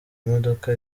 imodoka